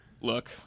look